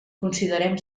considerem